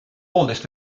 poolteist